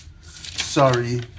Sorry